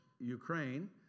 Ukraine